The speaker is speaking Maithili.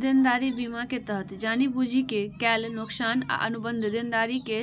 देनदारी बीमा के तहत जानि बूझि के कैल नोकसान आ अनुबंध देनदारी के